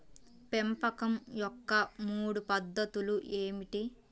పెంపకం యొక్క మూడు పద్ధతులు ఏమిటీ?